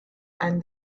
and